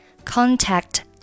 contact